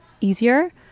easier